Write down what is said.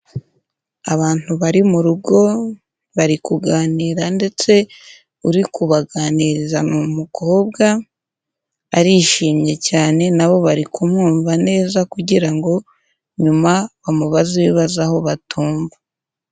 Abantu bari mu rugo bari kuganira ndetse uri kubaganiriza ni umukobwa, arishimye cyane na bo bari kumwumva neza kugira ngo nyuma bamubaze ibibazo aho batumva.